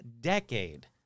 decade